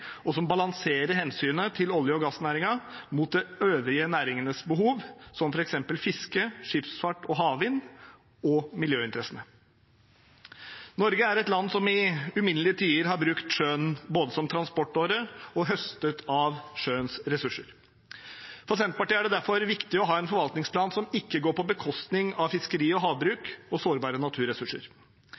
og som balanserer hensynet til olje- og gassnæringen mot de øvrige næringenes behov, som f.eks. fiske, skipsfart og havvind og miljøinteressene. Norge er et land som i uminnelige tider har brukt sjøen, både som transportåre og til å høste av dens ressurser. For Senterpartiet er det derfor viktig å ha en forvaltningsplan som ikke går på bekostning av fiskeri og havbruk og sårbare naturressurser.